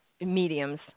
mediums